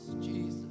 Jesus